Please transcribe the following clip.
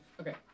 Okay